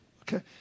Okay